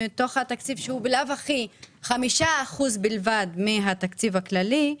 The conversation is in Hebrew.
מתוך התקציב שהוא בלאו הכי 5% בלבד מהתקציב הכללי,